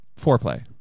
foreplay